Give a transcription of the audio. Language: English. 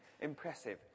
impressive